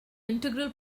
integral